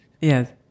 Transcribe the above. Yes